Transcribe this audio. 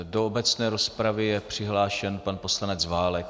Do obecné rozpravy je přihlášen pan poslanec Válek.